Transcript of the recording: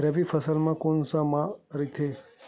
रबी फसल कोन सा माह म रथे?